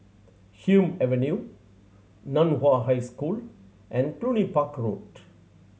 Hume Avenue Nan Hua High School and Cluny Park Road